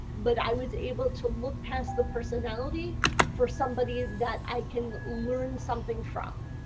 but i was able to look past the personality for somebody that i can learn something from.